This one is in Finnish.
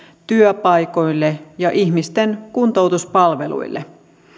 työpaikoille ja ihmisten kuntoutuspalveluille